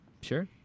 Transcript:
sure